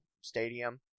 Stadium